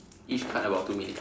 each card about two minutes